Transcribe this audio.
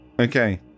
Okay